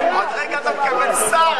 עוד רגע אתה מקבל שר.